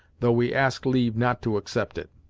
though we ask leave not to accept it.